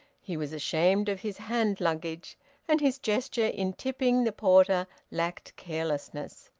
he was ashamed of his hand-baggage, and his gesture in tipping the porter lacked carelessness.